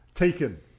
Taken